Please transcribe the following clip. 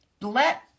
Let